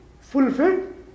fulfilled